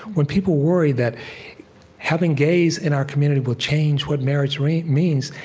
when people worry that having gays in our community will change what marriage really means,